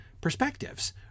perspectives